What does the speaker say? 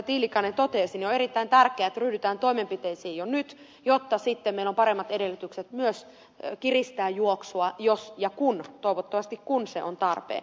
tiilikainen totesi on erittäin tärkeää että ryhdytään toimenpiteisiin jo nyt jotta sitten meillä on paremmat edellytykset myös kiristää juoksua jos ja kun toivottavasti kun se on tarpeen